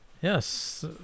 Yes